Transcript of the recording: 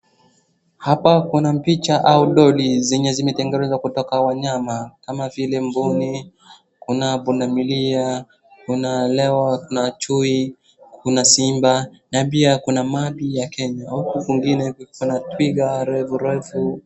haaa kuna picha au doli zenye zimetengenezwa kutoka wanyama kama vile mbuni, kuna pundamilia kuna lewa kuna chui kuna simba na pia kuna mahali ya kenya huku kwingine kuna twiga refurefu